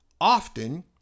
often